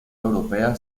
europea